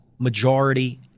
Majority